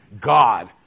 God